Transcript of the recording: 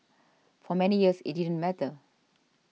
for many years it didn't matter